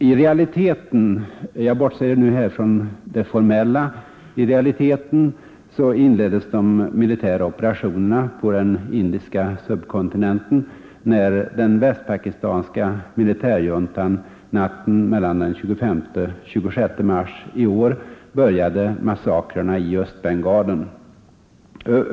I realiteten — jag bortser nu från det formella — inleddes de militära operationerna på den indiska subkontinenten när den västpakistanska militärjuntan natten mellan den 25 och den 26 mars i år började massakrerna i Östbengalen.